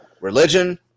religion